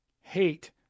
hate